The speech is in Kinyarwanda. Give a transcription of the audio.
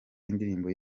indirimbo